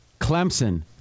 Clemson